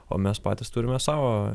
o mes patys turime savo